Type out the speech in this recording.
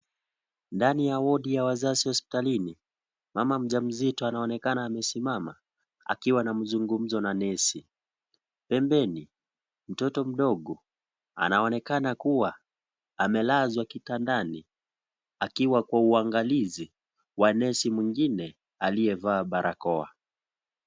Ndani ya wodi ya wazazi hospitalini, mama mjamzito anaonekana amesimama, akiwa na mzungumzo na nesi. Pembeni mtoto mdogo anaonekana kuwa amelazwa kitandani akiwa kwa uangalizi, wa nesi mwingine aliyevaa barakoa.